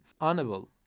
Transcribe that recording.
honorable